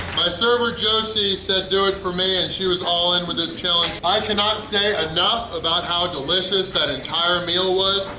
my server, josie, said do it for me and she was all in with this challenge! i cannot say ah enough about how delicious that entire meal was!